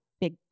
big